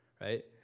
right